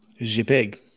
JPEG